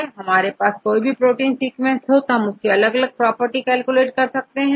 तो यदि हमारे पास कोई भी प्रोटीन सीक्वेंस हैं हम उसकी अलग अलग प्रॉपर्टी कैलकुलेट कर सकते हैं